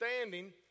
standing